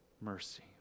mercy